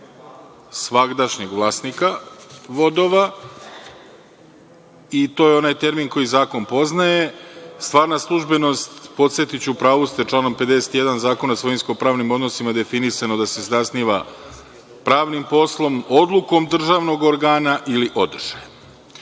svagdašnjeg vlasnika vodova, i to je onaj termin koji zakon poznaje. Stvarna službenost, podsetiću, u pravu ste, članom 51. Zakona o svojinskom pravnim odnosima definisano je da se zasniva pravnim poslom, odlukom državnog organa ili održajem.